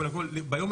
בחצי היום